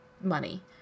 money